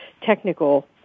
technical